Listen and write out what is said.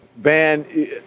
Van